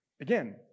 Again